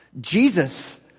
Jesus